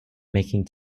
making